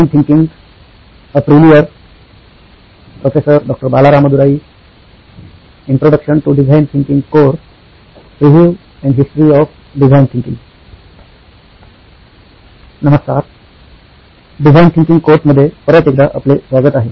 नमस्कार design thinking कोर्समध्ये परत एकदा आपले स्वागत आहे